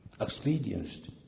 experienced